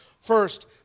First